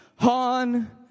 on